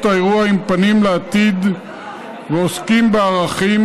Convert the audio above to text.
האירוע עם הפנים לעתיד ועוסקים בערכים,